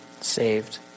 saved